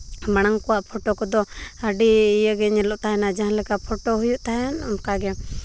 ᱢᱟᱲᱟᱝ ᱠᱚᱣᱟᱜ ᱯᱷᱳᱴᱳ ᱠᱚᱫᱚ ᱟᱹᱰᱤ ᱤᱭᱟᱹᱜᱮ ᱜᱮ ᱧᱮᱞᱚᱜ ᱛᱟᱦᱮᱱᱟ ᱡᱟᱦᱟᱸ ᱞᱮᱠᱟ ᱯᱷᱳᱴᱳ ᱦᱩᱭᱩᱜ ᱛᱟᱦᱮᱸᱫ ᱚᱱᱠᱟ ᱜᱮ